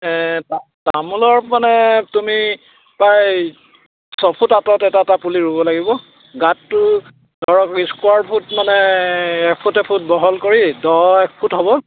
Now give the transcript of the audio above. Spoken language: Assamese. তামোলৰ মানে তুমি প্ৰায় ছফুট আঁতৰত এটা এটা পুলি ৰুব লাগিব গাঁতটো ধৰক স্কুৱাৰ ফুট মানে এফুট এফুট বহল কৰি দহ এক ফুট হ'ব